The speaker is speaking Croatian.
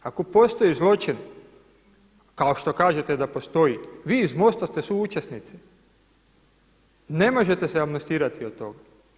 Ako postoji zločin kao što kažete da postoji, vi iz MOST-a ste suučesnici, ne možete se amnestirati od toga.